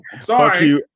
Sorry